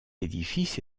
édifice